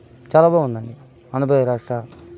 చాలా బాగుందండి ఆంధ్రప్రదేశ్ రాష్ట్ర